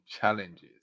challenges